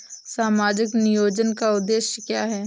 सामाजिक नियोजन का उद्देश्य क्या है?